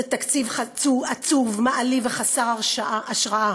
זה תקציב עצוב, מעליב וחסר השראה.